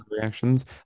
reactions